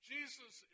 Jesus